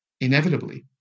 inevitably